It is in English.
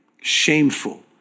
Shameful